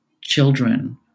children